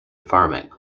farming